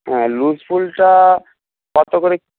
হ্যাঁ লুজ ফুলটা কত করে